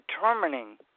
determining